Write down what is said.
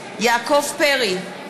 בעד יעקב פרי,